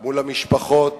מול המשפחות,